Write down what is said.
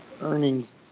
earnings